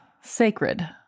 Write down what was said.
sacred